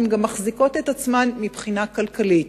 הן גם מחזיקות את עצמן מבחינה כלכלית.